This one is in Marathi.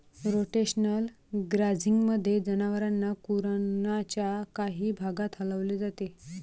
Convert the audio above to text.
रोटेशनल ग्राझिंगमध्ये, जनावरांना कुरणाच्या काही भागात हलवले जाते